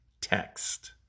text